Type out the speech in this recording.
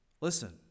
Listen